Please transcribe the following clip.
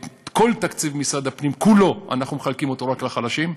את כל תקציב משרד הפנים כולו אנחנו מחלקים רק לחלשים.